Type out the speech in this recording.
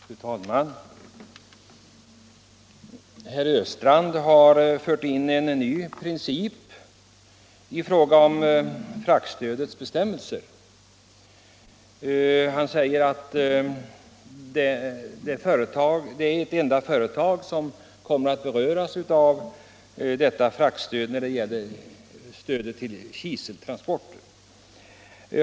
Fru talman! Herr Östrand har fört in en ny princip i fråga om fraktstödets bestämmelser. Han säger att det är ett enda företag som kommer att beröras av detta fraktstöd när det gäller kiseltransporter.